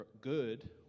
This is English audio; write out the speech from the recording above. good